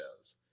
shows